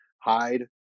hide